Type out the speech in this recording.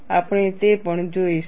આપણે તે પણ જોઈશું